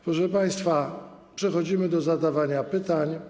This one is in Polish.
Proszę państwa, przechodzimy do zadawania pytań.